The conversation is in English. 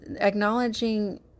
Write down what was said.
Acknowledging